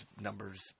numbers